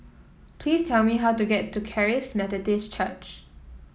please tell me how to get to Charis Methodist Church